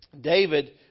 David